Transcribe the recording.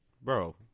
Bro